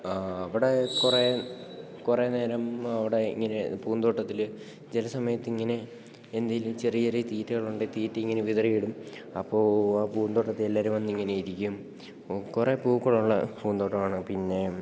അവിടെ കുറേ കുറേ നേരം അവിടെ ഇങ്ങനെ പൂന്തോട്ടത്തില് ചില സമയത്ത് ഇങ്ങനെ എന്തേലും ചെറിയ ചെറിയ തീറ്റകളുണ്ട് തീറ്റ ഇങ്ങനെ വിതറിയിടും അപ്പോള് ആ പൂന്തോട്ടത്തില് എല്ലാവരും വന്നിങ്ങനെ ഇരിക്കും അപ്പോള് കുറേ പൂക്കളുള്ള പൂന്തോട്ടമാണ് പിന്നെ